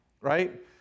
right